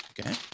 okay